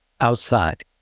outside